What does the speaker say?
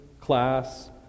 class